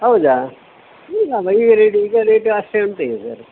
ಹೌದಾ ಈಗ ರೇಟ್ ಈಗ ರೇಟು ಉಂಟು ಈಗ ಸರ್